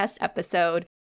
episode